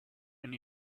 and